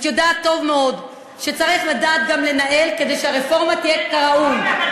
את יודעת טוב מאוד שצריך לדעת גם לנהל כדי שהרפורמה תהיה כראוי.